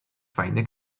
fajne